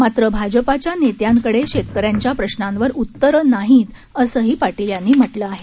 मात्र भाजपाच्या नेत्यांकडे शेतकऱ्यांच्या प्रश्नांवर उत्तरं नाहीत असंही पाटील यांनी म्हटलं आहे